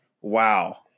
wow